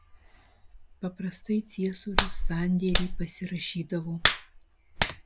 paprastai ciesorius sandėrį pasirašydavo